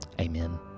Amen